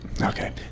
Okay